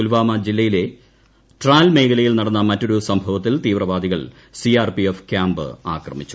പുൽവാമ ജില്ലയിലെ ട്രാൽ മേഖലയിൽ നടന്ന മറ്റൊരു സംഭവത്തിൽ തീവ്രവാദികൾ സിആർപിഎഫ് ക്യാമ്പ് ആക്രമിച്ചു